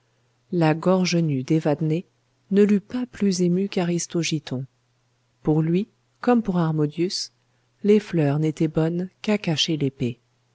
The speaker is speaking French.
la gorge nue d'évadné ne l'eût pas plus ému qu'aristogiton pour lui comme pour harmodius les fleurs n'étaient bonnes qu'à cacher l'épée